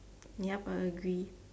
ya I agree